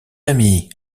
ami